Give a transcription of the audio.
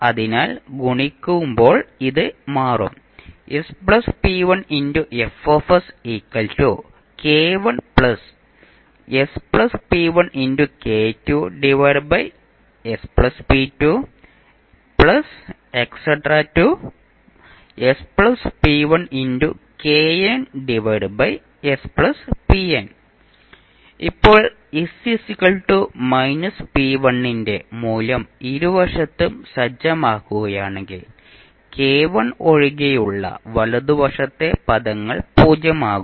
അതിനാൽ ഗുണിക്കുമ്പോൾ ഇത് മാറും ഇപ്പോൾ s − p1 ന്റെ മൂല്യം ഇരുവശത്തും സജ്ജമാക്കുകയാണെങ്കിൽ k1 ഒഴികെയുള്ള വലതുവശത്തുള്ള പദങ്ങൾ 0 ആകും